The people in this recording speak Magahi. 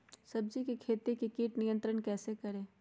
सब्जियों की खेती में कीट नियंत्रण कैसे करें?